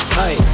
hey